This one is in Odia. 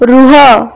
ରୁହ